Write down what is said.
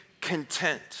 content